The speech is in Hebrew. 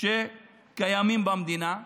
שקיימות במדינה.